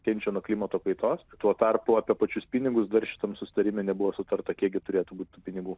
kenčia nuo klimato kaitos tuo tarpu apie pačius pinigus dar šitam susitarime nebuvo sutarta kiek gi turėtų būt tų pinigų